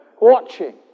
Watching